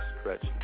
stretch